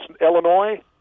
Illinois